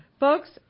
Folks